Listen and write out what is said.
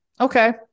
Okay